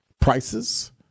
prices